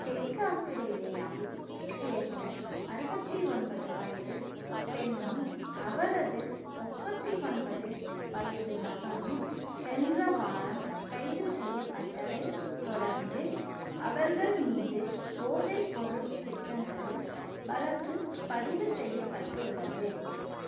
தெற்கு ஆஸ்திரேலியாவைச் சேர்ந்த அறுபத்தி ஒன்பது வயது பெண்ணும் அவரது முப்பத்தி ஒன்பது வயது மகனும் சென்ற வாரம் கைது செய்யப்பட்டதைத் தொடர்ந்து அவர்கள் மீது போதைப்பொருள் குற்றங்களில் வழக்குப் பதிவு செய்யப்பட்டுள்ளது